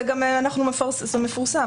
זה מפורסם.